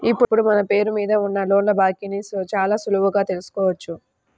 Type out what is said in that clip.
ఇప్పుడు మన పేరు మీద ఉన్న లోన్ల బాకీని చాలా సులువుగా తెల్సుకోవచ్చు